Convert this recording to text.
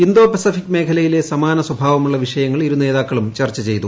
Indo Pacific മേഖലയിലെ സമാന സ്വഭാവമുള്ള വിഷയങ്ങൾ ഇരുനേതാക്കളും ചർച്ച ചെയ്തു